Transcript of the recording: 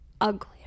ugly